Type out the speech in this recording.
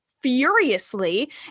furiously